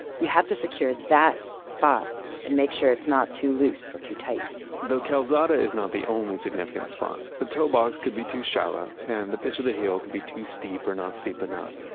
you have to secure that spot and make sure it's not too loose or too tight the calzata is not the only significant spot. the toe box could be too shallow and the pitch of the heel could be too steep or not steep enough.